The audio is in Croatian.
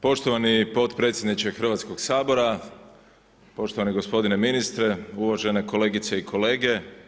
Poštovani potpredsjedniče Hrvatskog sabora, poštovani gospodine ministre, uvažene kolegice i kolege.